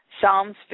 Psalms